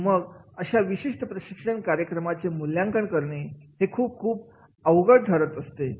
आणि मग अशा विशिष्ट प्रशिक्षण कार्यक्रमाचे मूल्यांकन करणे हे खूप खूप अवघड ठरत असते